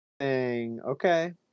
Okay